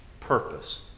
purpose